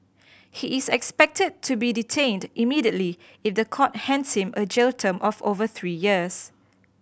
he is expected to be detained immediately if the court hands him a jail term of over three years